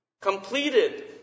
completed